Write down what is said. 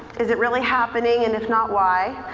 is it really happening and if not, why?